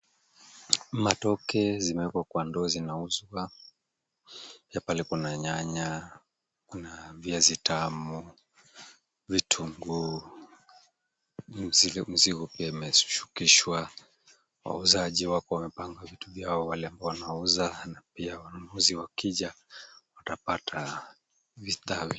Matoke zimewekwa kwa ndoo zinauzwa. Pia pale kuna nyanya, kuna viazi tamu, vitunguu, mzigo pia umeshukishwa. Wauzaji wako wamepanga vitu vyao wale ambao wanauza na pia wanunuzi wakija watapata vistawi.